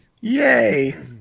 Yay